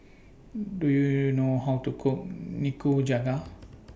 Do YOU know How to Cook Nikujaga